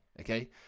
okay